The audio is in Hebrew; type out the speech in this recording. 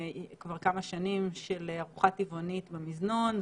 כבר כמה שנים של ארוחה טבעונית במזנון.